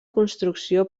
construcció